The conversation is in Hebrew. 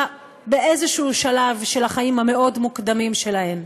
באיזה שלב של החיים המוקדמים מאוד שלהן.